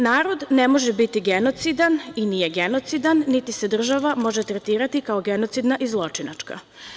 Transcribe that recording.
Narod ne može biti genocidan, i nije genocidan, niti se država može tretirati kao genocidna i zločinačka.